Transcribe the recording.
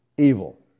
evil